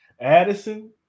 Addison